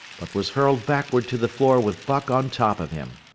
but was hurled backward to the floor with buck on top of him.